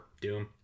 Doom